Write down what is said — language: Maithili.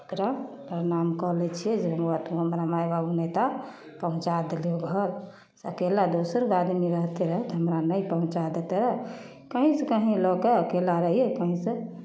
एकरा प्रणाम कऽ लै छियै जे हमरा तोँ हमरा माइ बाबू नहिता पहुँचा देलहू घर अकेला दोसर गाड़ीमे रहती रहए तऽ हमरा नहि पहुँचा दैतै रहए कहीँसँ कहीँ लऽ कऽ अकेला रहियै कहीँसँ